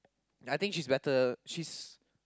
I think she's let her she's